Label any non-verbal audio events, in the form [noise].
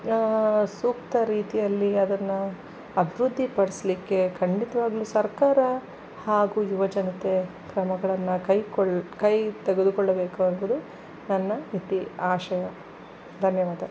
ಸೂಕ್ತ ರೀತಿಯಲ್ಲಿ ಅದನ್ನು ಅಭಿವೃದ್ಧಿ ಪಡಿಸಲಿಕ್ಕೆ ಖಂಡಿತವಾಗ್ಲೂ ಸರ್ಕಾರ ಹಾಗೂ ಯುವಜನತೆ ಕ್ರಮಗಳನ್ನು ಕೈಗೊಳ್ಳ ಕೈ ತೆಗೆದುಕೊಳ್ಳಬೇಕಾ [unintelligible] ಆಶಯ ಧನ್ಯವಾದ